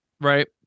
Right